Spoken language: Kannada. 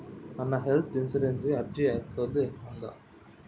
ನಾನು ಹೆಲ್ತ್ ಇನ್ಸುರೆನ್ಸಿಗೆ ಅರ್ಜಿ ಹಾಕದು ಹೆಂಗ?